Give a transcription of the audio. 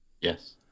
Yes